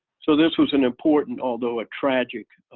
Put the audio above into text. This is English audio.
so this was an important, although a tragic,